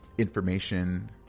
Information